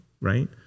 right